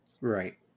Right